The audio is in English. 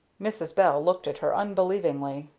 mrs. bell looked at her unbelievingly.